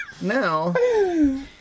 Now